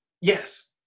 yes